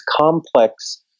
complex